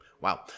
Wow